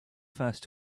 first